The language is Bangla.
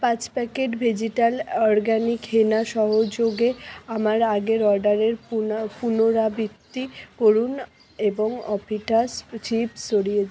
পাঁচ প্যাকেট ভেজিটাল অরগ্যানিক হেনা সহযোগে আমার আগের অর্ডারের পুন পুনরাবৃত্তি করুন এবং অফিটাস চিপস সরিয়ে দিন